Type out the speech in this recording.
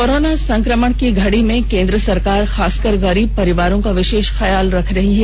corona संक्रमण की घड़ी में केंद्र सरकार खासकर गरीब परिवारों का विशेष ख्याल रख रही है